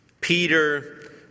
Peter